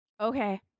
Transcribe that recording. Okay